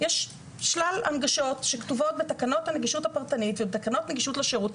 יש שלל הנגשות שכתובות בתקנות הנגישות הפרטנית ותקנות הנגישות לשירות,